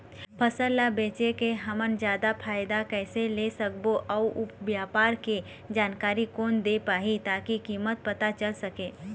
फसल ला बेचे के हम जादा फायदा कैसे ले सकबो अउ व्यापार के जानकारी कोन दे पाही ताकि कीमत पता चल सके?